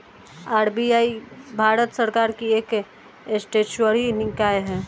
RBI Bharat सरकार की एक स्टेचुअरी निकाय है